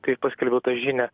kai paskelbiau tą žinią